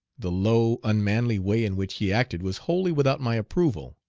the low, unmanly way in which he acted was wholly without my approval.